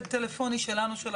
הדיון הראשון שלך מלפני חודש ומשהו,